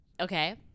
okay